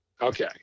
Okay